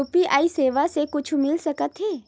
UPI सेवाएं से कुछु मिल सकत हे?